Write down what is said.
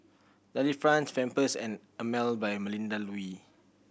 Delifrance Pampers and Emel by Melinda Looi